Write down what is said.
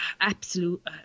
absolute